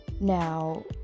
Now